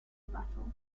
battle